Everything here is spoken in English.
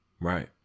right